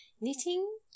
knitting